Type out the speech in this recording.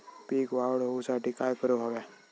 पीक वाढ होऊसाठी काय करूक हव्या?